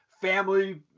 family